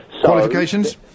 Qualifications